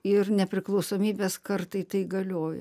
ir nepriklausomybės kartai tai galioja